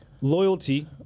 loyalty